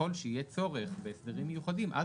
ככל שיהיה צורך בהסדרים מיוחדים אז